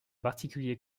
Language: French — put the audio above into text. particulier